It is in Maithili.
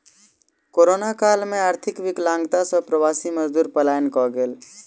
कोरोना काल में आर्थिक विकलांगता सॅ प्रवासी मजदूर पलायन कय गेल